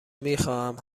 میخواهم